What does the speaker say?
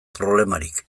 problemarik